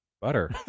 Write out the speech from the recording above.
Butter